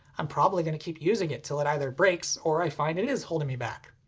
i'm probably gonna keep using it till it either breaks, or i find it is holding me back.